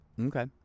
Okay